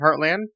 Heartland